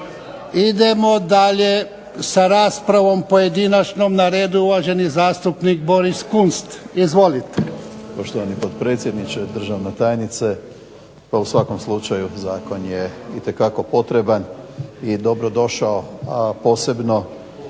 Idemo dalje sa raspravom pojedinačnom. Na redu je uvaženi zastupnik Boris Kunst. Izvolite.